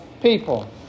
people